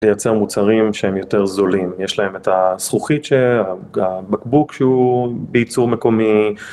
לייצר מוצרים שהם יותר זולים, יש להם את הזכוכית, שהבקבוק שהוא בייצור מקומי